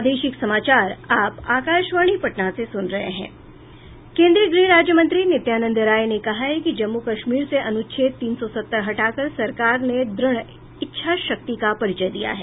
केन्द्रीय गृह राज्य मंत्री नित्यानंद राय ने कहा है कि जम्मू कश्मीर से अनुच्छेद तीन सौ सत्तर हटाकर सरकार ने दृढ़ इच्छाशक्ति का परिचय दिया है